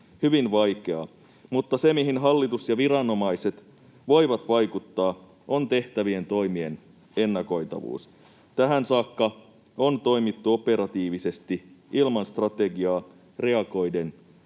hyvin vaikeaa, mutta se, mihin hallitus ja viranomaiset voivat vaikuttaa, on tehtävien toimien ennakoitavuus. Tähän saakka on toimittu operatiivisesti ilman strategiaa, reagoiden